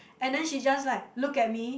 and then she just like look at me